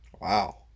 Wow